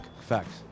facts